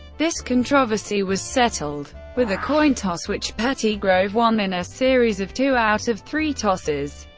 this controversy was settled with a coin toss which pettygrove won in a series of two out of three tosses,